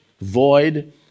void